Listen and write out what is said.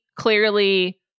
Clearly